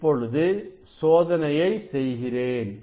இப்பொழுது சோதனையை செய்கிறேன்